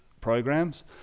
programs